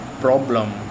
problem